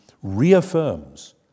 reaffirms